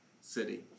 city